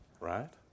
Right